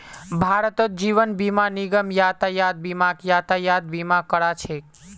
भारतत जीवन बीमा निगम यातायात बीमाक यातायात बीमा करा छेक